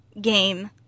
game